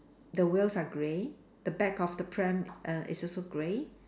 the wheels are grey the back of the pram err is also grey